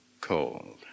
cold